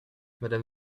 mme